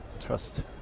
Trust